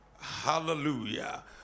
Hallelujah